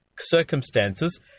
circumstances